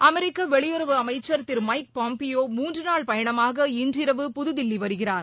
அமெரிக்க வெளியுறவு அமைச்சர் திரு எமக் பாம்பியோ மூன்று நாள் பயணமாக இன்றிரவு புதுதில்லி வருகிறார்